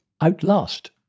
outlast